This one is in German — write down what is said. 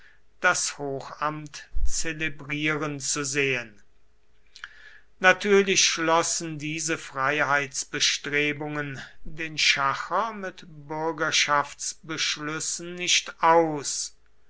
das hochamt zelebrieren zu sehen natürlich schlossen diese freiheitsbestrebungen den schacher mit bürgerschaftsbeschlüssen nicht aus